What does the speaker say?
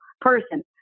person